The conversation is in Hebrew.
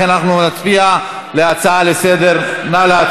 ולכן אנחנו נצביע על הצעה לסדר-היום.